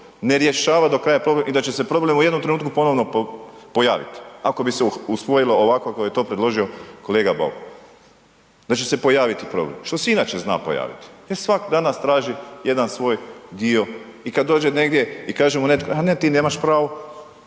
Ne rješava do kraja problem i da će se problem u jednom trenutku ponovno pojaviti, ako bi se usvojilo kako je to predložio kolega Bauk. Da će se pojaviti problem, što se i inače zna pojaviti. Jer svatko danas traži jedan svoj dio i kad dođe negdje i kaže mu netko a ne, ti nemaš pravo,